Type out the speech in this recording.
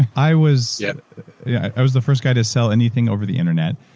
i was yeah yeah i was the first guy to sell anything over the internet.